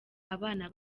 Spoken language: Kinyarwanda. abana